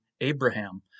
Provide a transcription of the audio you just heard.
Abraham